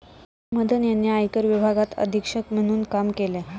मदन यांनी आयकर विभागात अधीक्षक म्हणून काम केले